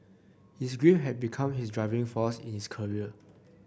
his grief had become his driving force in his career